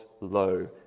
low